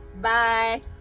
Bye